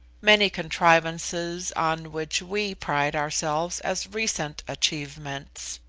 many contrivances on which we pride ourselves as recent achievements.